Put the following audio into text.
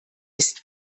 ist